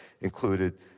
included